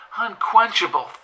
unquenchable